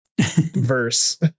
verse